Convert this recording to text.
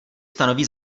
stanoví